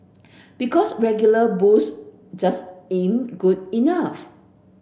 because regular booze just ain't good enough